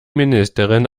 ministerin